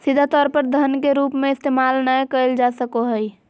सीधा तौर पर धन के रूप में इस्तेमाल नय कइल जा सको हइ